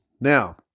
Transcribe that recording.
Now